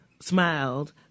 smiled